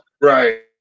Right